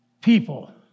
people